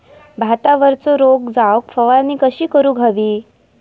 भातावरचो रोग जाऊक फवारणी कशी करूक हवी?